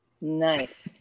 Nice